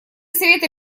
совета